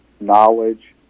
knowledge